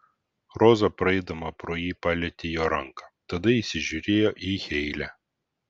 roza praeidama pro jį palietė jo ranką tada įsižiūrėjo į heile